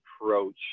approach